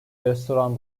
restoran